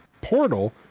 Portal